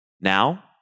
Now